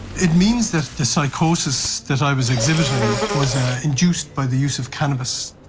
it means that the psychosis that i was exhibiting was ah induced by the use of cannabis.